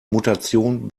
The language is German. mutation